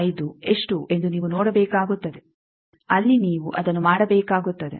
5 ಎಷ್ಟು ಎಂದು ನೀವು ನೋಡಬೇಕಾಗುತ್ತದೆ ಅಲ್ಲಿ ನೀವು ಅದನ್ನು ಮಾಡಬೇಕಾಗುತ್ತದೆ